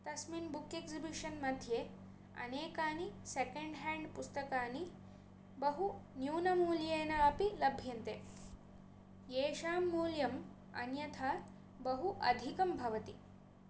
तस्मिन् book exhibition मध्ये अनेकानि सेकेण्ड् हेण्ड् पुस्तकानि बहु न्यूनमूल्येन अपि लभ्यन्ते येषां मूल्यम् अन्यथा बहु अधिकं भवति